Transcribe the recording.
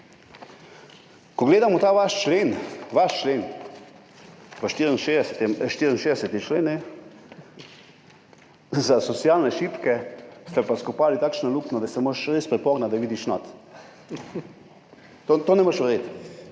Ko gledamo ta vaš člen, vaš člen, vaš 64. člen, za socialno šibke, ste pa izkopali takšno luknjo, da se moraš res prepogniti, da vidiš noter. Tega ne moreš verjeti,